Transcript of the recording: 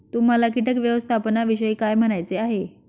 तुम्हाला किटक व्यवस्थापनाविषयी काय म्हणायचे आहे?